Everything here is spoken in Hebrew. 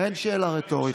מה זה, שאלה רטורית?